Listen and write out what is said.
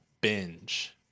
binge